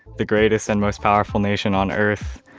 the greatest and most powerful nation on earth,